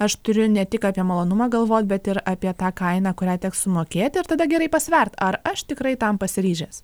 aš turiu ne tik apie malonumą galvot bet ir apie tą kainą kurią teks sumokėti ir tada gerai pasvert ar aš tikrai tam pasiryžęs